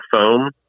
foam